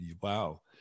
Wow